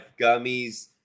gummies